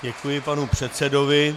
Děkuji panu předsedovi.